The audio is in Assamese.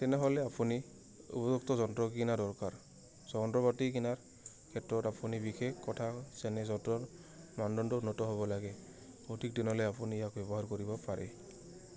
তেনেহ'লে আপুনি উপযুক্ত যন্ত্ৰ কিনা দৰকাৰ যন্দ্ৰপাতি কিনাৰ ক্ষেত্ৰত আপুনি বিশেষ কথা মানদণ্ড উন্নত হ'ব লাগে অধিক দিনলৈ আপুনি ইয়াক ব্যৱহাৰ কৰিব পাৰে